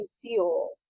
fuel